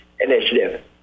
Initiative